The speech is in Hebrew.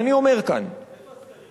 אני אומר כאן, איפה הסקרים האלה?